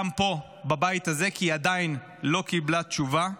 גם לפה, לבית הזה, כי היא עדיין לא קיבלה תשובה.